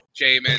jamin